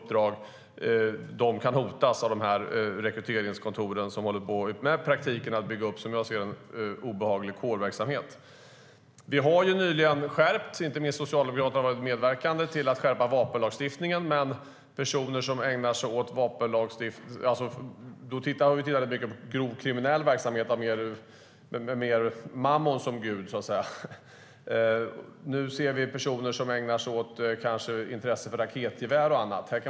De kan hotas av rekryteringskontoren, som i praktiken håller på att bygga upp vad jag ser som olaglig kårverksamhet. Vi har nyligen skärpt vapenlagstiftningen. Inte minst Socialdemokraterna har medverkat till det. Men då talar vi om grov kriminell verksamhet med mammon som gud, så att säga. Nu ser vi personer som intresserar sig för raketgevär och annat.